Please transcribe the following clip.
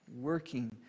working